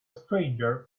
stranger